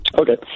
Okay